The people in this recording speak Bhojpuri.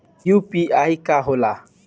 यू.पी.आई का होला?